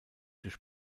durch